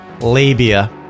labia